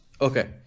okay